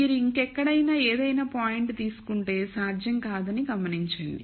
మీరు ఇంక ఎక్కడైనా ఏదైనా పాయింట్ తీసుకుంటే సాధ్యం కాదని గమనించండి